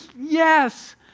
yes